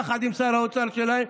יחד עם שר האוצר שלהם,